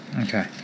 Okay